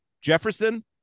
Jefferson